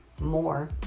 more